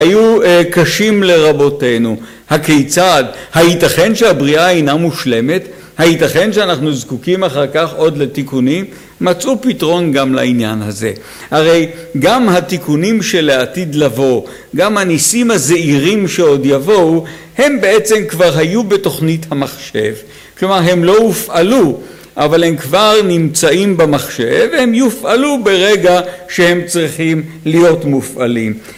היו קשים לרבותינו, הכיצד, הייתכן שהבריאה אינה מושלמת? הייתכן שאנחנו זקוקים אחר כך עוד לתיקונים? מצאו פתרון גם לעניין הזה. הרי גם התיקונים שלעתיד לבוא, גם הניסים הזעירים שעוד יבואו, הם בעצם כבר היו בתוכנית המחשב, כלומר הם לא הופעלו אבל הם כבר נמצאים במחשב והם יופעלו ברגע שהם צריכים להיות מופעלים